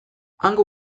hango